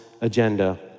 agenda